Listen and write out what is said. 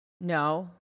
no